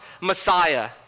Messiah